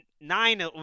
Nine